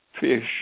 fish